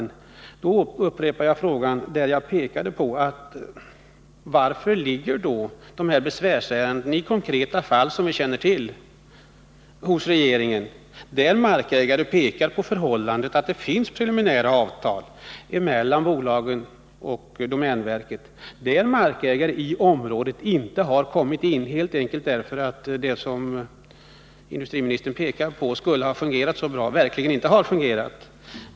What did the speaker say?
Jag kan ha förståelse för att frågan är svår. Jag upprepar frågan: Varför ligger de här besvärsärendena — i konkreta fall vi känner till, där markägare pekar på förhållandet att det finns preliminära avtal mellan bolagen och domänverket — hos regeringen? Det är fall där en markägare i området inte har kommit in, helt enkelt därför att det som industriministern menade skulle ha fungerat så bra verkligen inte har fungerat.